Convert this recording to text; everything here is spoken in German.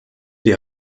die